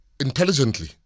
intelligently